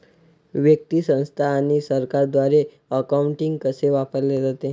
व्यक्ती, संस्था आणि सरकारद्वारे अकाउंटिंग कसे वापरले जाते